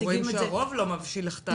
אנחנו רואים שהרוב לא מבשיל לכתב אישום.